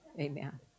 Amen